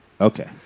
Okay